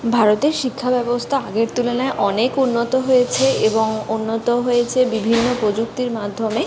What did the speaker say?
ভারতের শিক্ষাব্যবস্থা আগের তুলনায় অনেক উন্নত হয়েছে এবং উন্নত হয়েছে বিভিন্ন প্রযুক্তির মাধ্যমে